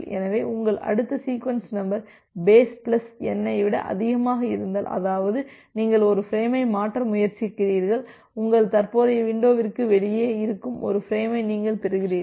எனவே உங்கள் அடுத்த sequence number base plus NI விட அதிகமாக இருந்தால் அதாவது நீங்கள் ஒரு ஃபிரேமை மாற்ற முயற்சிக்கிறீர்கள் உங்கள் தற்போதைய வின்டோவிற்கு வெளியே இருக்கும் ஒரு ஃபிரேமை நீங்கள் பெறுகிறீர்கள்